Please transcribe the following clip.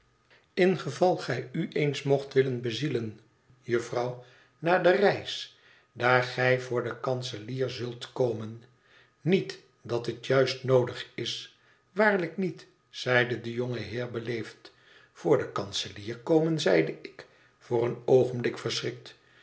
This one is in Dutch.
geval gij u eens mocht willen bezien jufvrouw na de reis daar gij voor den kanselier zult komen niet dat het juist noodig is waarlijk niet zeide de jonge heer beleefd voor den kanselier komen zeide ik voor een oogenblik verschrikt